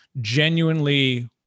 genuinely